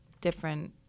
different